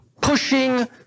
pushing